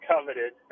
coveted